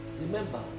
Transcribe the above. Remember